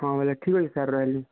ହଁ ବେଲେ ଠିକ୍ ଅଛେ ସାର୍ ରହେଲି